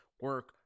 Work